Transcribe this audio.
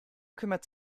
kümmert